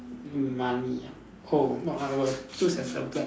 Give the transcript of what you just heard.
mm money ah oh I will choose as a vet